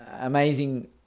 amazing